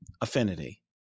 affinity